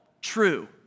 true